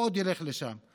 והוא עוד ילך לשם.